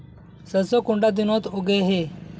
सरसों कुंडा दिनोत उगैहे?